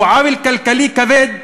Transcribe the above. שהוא עוול כלכלי כבד.